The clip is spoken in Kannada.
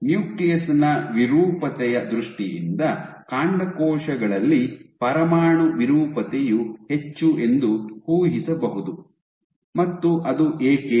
ನ್ಯೂಕ್ಲಿಯಸ್ ನ ವಿರೂಪತೆಯ ದೃಷ್ಟಿಯಿಂದ ಕಾಂಡಕೋಶಗಳಲ್ಲಿ ಪರಮಾಣು ವಿರೂಪತೆಯು ಹೆಚ್ಚು ಎಂದು ಊಹಿಸಬಹುದು ಮತ್ತು ಅದು ಏಕೆ